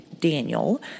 Daniel